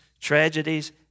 tragedies